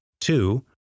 Two